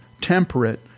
temperate